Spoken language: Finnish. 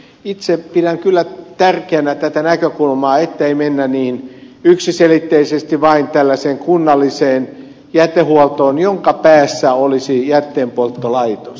itse pidän kyllä tärkeänä tätä näkökulmaa ettei mennä niihin yksiselitteisesti vain tällaiseen kunnalliseen jätehuoltoon jonka päässä olisi jätteenpolttolaitos